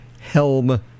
Helm